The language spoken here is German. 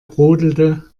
brodelte